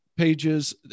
Pages